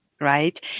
right